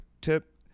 tip